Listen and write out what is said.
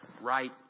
right